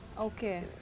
Okay